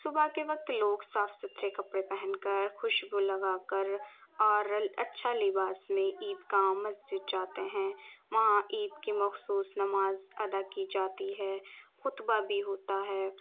صبح کے وقت لوگ صاف ستھرے کپڑے پہن کر خوشبو لگا کر اور اچھا لباس میں عید گاہ مسجد جاتے ہیں وہاں عید کی مخصوص نماز ادا کی جاتی ہے خطبہ بھی ہوتا ہے